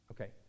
okay